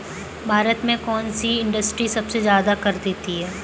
भारत में कौन सी इंडस्ट्री सबसे ज्यादा कर देती है?